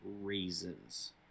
raisins